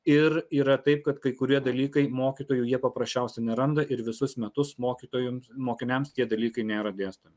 ir yra taip kad kai kurie dalykai mokytojų jie paprasčiausiai neranda ir visus metus mokytojams mokiniams tie dalykai nėra dėstomi